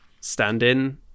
stand-in